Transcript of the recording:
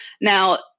Now